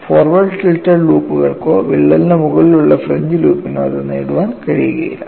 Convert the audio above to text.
forward tilted ലൂപ്പുകൾക്കോ വിള്ളലിന് മുന്നിലുള്ള ഫ്രിഞ്ച് ലൂപ്പിനോ അത് നേടാൻ കഴിയില്ല